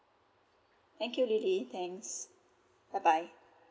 thank you lily thanks bye bye